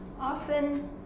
often